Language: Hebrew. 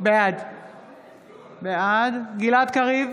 בעד גלעד קריב,